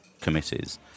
committees